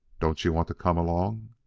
don't you want to come along?